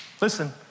Listen